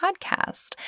podcast